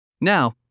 Now